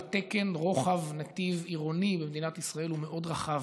התקן לרוחב נתיב עירוני במדינת ישראל הוא מאוד רחב.